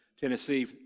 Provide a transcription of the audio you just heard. Tennessee